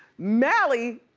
mally,